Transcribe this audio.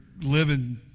living